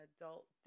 adult